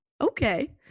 Okay